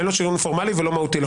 אין לו שריון פורמלי ולא מהותי לחוק.